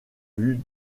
vue